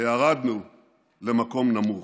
וירדנו למקום נמוך.